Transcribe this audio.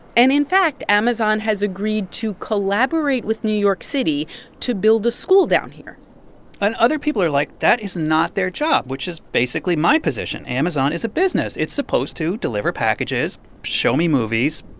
and, in fact, amazon has agreed to collaborate with new york city to build a school down here and other people are like, that is not their job, which is basically my position. amazon is a business. it's supposed to deliver packages, show me movies.